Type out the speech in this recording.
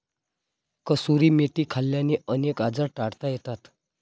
कसुरी मेथी खाल्ल्याने अनेक आजार टाळता येतात